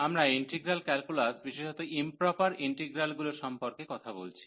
আমরা integral calculus বিশেষত improper ইন্টিগ্রালগুলির সম্পর্কে কথা বলছি